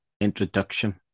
introduction